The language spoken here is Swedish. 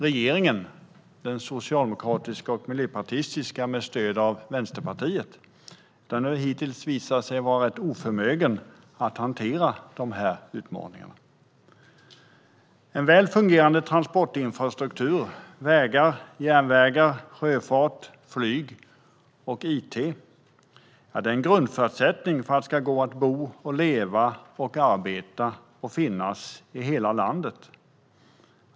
Regeringen, den socialdemokratiska och miljöpartistiska med stöd av Vänsterpartiet, har hittills visat sig vara rätt oförmögen att hantera dessa utmaningar. En väl fungerande transportinfrastruktur - vägar, järnvägar, sjöfart, flyg och it - är en grundförutsättning för att det ska gå att bo, leva, arbeta och finnas i hela landet.